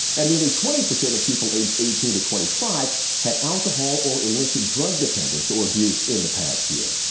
and nearly twenty percent of people aged eighteen to twenty-five had alcohol or illicit drug dependence or abuse in the past year.